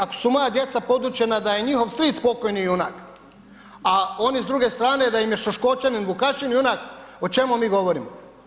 Ako su moja djeca podučena da je njihov stric pokojni junak, a oni s druge strane da im je Šoškočanin Vukašin junak, o čemu mi govorimo?